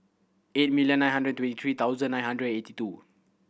eight million nine hundred twenty three thousand nine hundred eighty two